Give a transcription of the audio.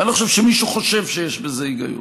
אני לא חושב שמישהו חושב שיש בזה היגיון.